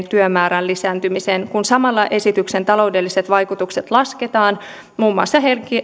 työmäärän lisääntymiseen kun samalla esityksen taloudelliset vaikutukset lasketaan muun muassa